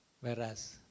Whereas